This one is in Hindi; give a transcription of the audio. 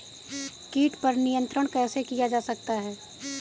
कीट पर नियंत्रण कैसे किया जा सकता है?